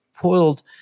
pulled